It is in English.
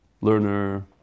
learner